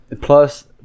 plus